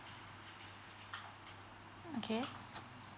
okay